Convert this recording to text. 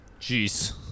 Jeez